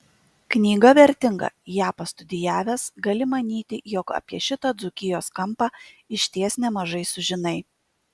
knyga vertinga ją pastudijavęs gali manyti jog apie šitą dzūkijos kampą išties nemažai sužinai